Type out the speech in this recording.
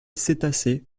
cétacés